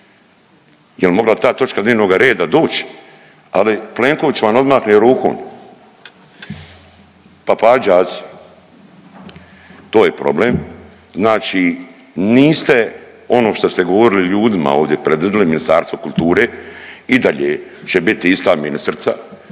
jel mogla ta točka dnevnoga reda doć? Ali Plenković vam odmahne rukom pa, pa đaci to je problem. Znači niste ono što ste govorili ljudima ovdi pred… Ministarstvo kulture i dalje će biti ista ministrica,